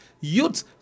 youths